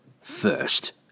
First